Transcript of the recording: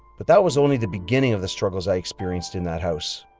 but that was only the beginning of the struggles i experienced in that house.